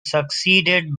succeeded